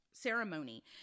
ceremony